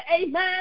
Amen